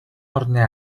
орны